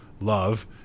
love